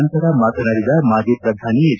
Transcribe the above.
ನಂತರ ಮಾತನಾಡಿದ ಮಾಜಿ ಪ್ರಧಾನಿ ಎಚ್